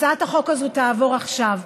הצעת החוק הזאת תעבור עכשיו,